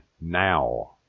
now